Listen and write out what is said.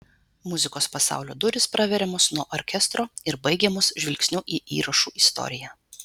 muzikos pasaulio durys praveriamos nuo orkestro ir baigiamos žvilgsniu į įrašų istoriją